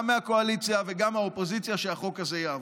גם מהקואליציה וגם מהאופוזיציה, שהחוק הזה יעבור.